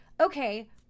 Okay